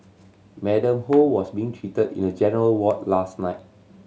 Madam Ho was being treated in a general ward last night